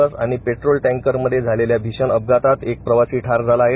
बस आणि पेट्रोल टँकरची धडक मध्ये झालेल्या भीषण अपघातात एक प्रवासी ठार झाला आहे